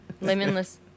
limitless